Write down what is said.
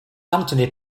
anthony